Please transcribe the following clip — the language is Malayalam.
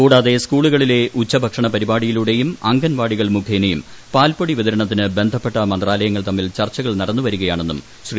കൂടാതെ സ്കൂളുകളിലെ ഉച്ചഭക്ഷണ പരിപാടിയിലൂടെയും അംഗൻവാടികൾ മുഖേനയും പാൽപ്പൊടി വിതരണത്തിന് ബന്ധപ്പെട്ട മന്ത്രാലയങ്ങൾ തമ്മിൽ ചർച്ചുകൾ നടന്നുവരുകയാണെന്നും ശ്രീ